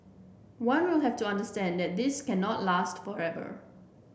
one will have to understand that this cannot last forever